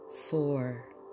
four